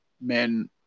men